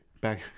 Back